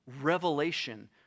revelation